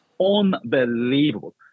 unbelievable